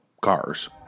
cars